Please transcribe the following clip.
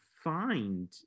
find